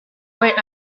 when